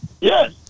yes